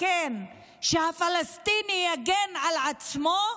שהפלסטיני יגן על עצמו?